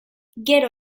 gero